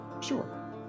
sure